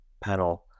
panel